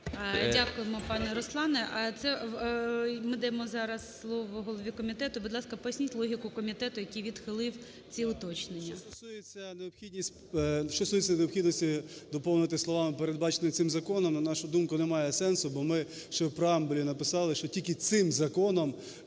Дякуємо, пане Руслан. Це ми даємо зараз слово голові комітету, будь ласка, поясніть логіку комітету, який відхилив ці уточнення. 13:34:16 КНЯЗЕВИЧ Р.П. Що стосується необхідності доповнити словами "передбаченим цим законом", на нашу думку, немає сенсу, бо ми ще в преамбулі написали, що тільки цим законом